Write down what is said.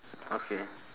okay